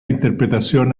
interpretación